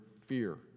fear